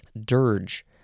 Dirge